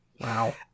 Wow